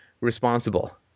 responsible